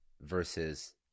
versus